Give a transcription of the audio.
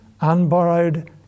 unborrowed